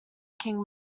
king